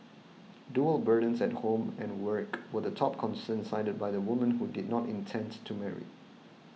dual burdens at home and work were the top concern cited by the women who did not intend to marry